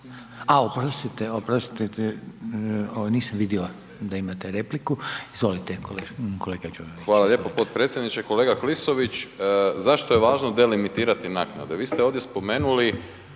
A oprostite, nisam vidio da imate repliku, izvolite kolega Đujić. **Đujić, Saša (SDP)** Hvala lijepo potpredsjedniče. Kolega Klisović, zašto je važno delimitirati naknade? Vi ste ovdje spomenuli